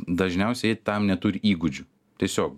dažniausiai jie tam neturi įgūdžių tiesiog